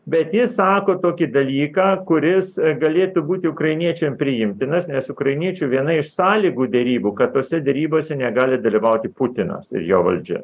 bet jis sako tokį dalyką kuris galėtų būti ukrainiečiam priimtinas nes ukrainiečių viena iš sąlygų derybų kad tose derybose negali dalyvauti putinas ir jo valdžia